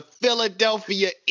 Philadelphia